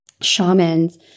shamans